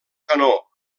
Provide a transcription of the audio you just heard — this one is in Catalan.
canó